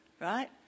Right